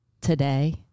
today